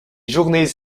journées